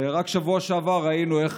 רק בשבוע שעבר ראינו איך